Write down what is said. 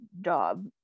job